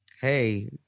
Hey